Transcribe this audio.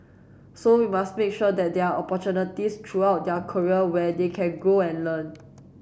so we must make sure that there are opportunities throughout their career where they can grow and learn